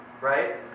Right